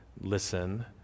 listen